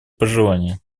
пожелание